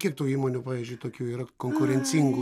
kiek tų įmonių pavyzdžiui tokių yra konkurencingų